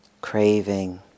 craving